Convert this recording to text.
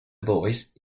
voice